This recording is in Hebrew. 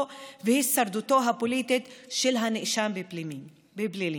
והישרדותו הפוליטית של הנאשם בפלילים,